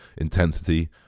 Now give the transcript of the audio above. Intensity